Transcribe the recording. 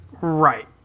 Right